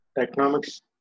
economics